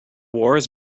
wars